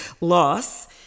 loss